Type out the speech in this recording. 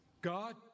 God